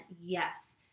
yes